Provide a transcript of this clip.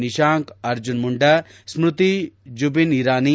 Nishank Arjun Munda Smriti Jubin Irani